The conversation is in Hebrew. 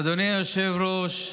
אדוני היושב-ראש,